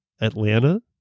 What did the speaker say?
Atlanta